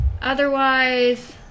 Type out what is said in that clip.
Otherwise